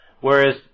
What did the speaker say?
whereas